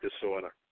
disorder